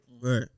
Right